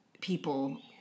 people